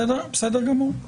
בסדר גמור.